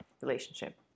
relationship